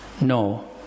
no